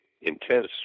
intense